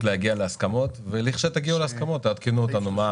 להגיע להסכמות ולכשתגיעו להסכמות תעדכנו אותנו מה